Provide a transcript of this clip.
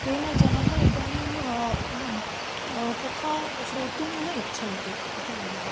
तेन जनाः इदानीं तथा श्रोतुं न इच्छन्ति इति मन्ये